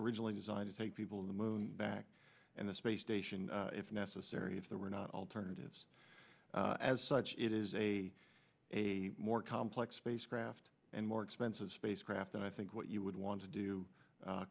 originally designed to take people to the moon and back and the space station if necessary if there were not alternatives as such it is a a more complex spacecraft and more expensive spacecraft i think what you would want to do